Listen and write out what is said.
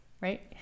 right